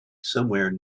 somewhere